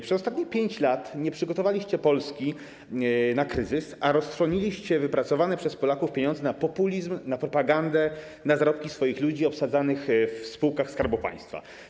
Przez ostatnie 5 lat nie przygotowaliście Polski na kryzys, a roztrwoniliście wypracowane przez Polaków pieniądze na populizm, na propagandę, na zarobki swoich ludzi obsadzanych w spółkach Skarbu Państwa.